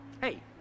Hey